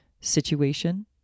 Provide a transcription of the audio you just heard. situation